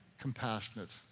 compassionate